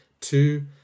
two